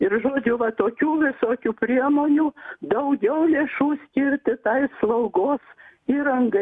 ir žodžiu va tokių visokių priemonių daugiau lėšų skirti tai slaugos įrangai